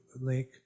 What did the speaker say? link